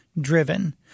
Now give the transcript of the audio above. Driven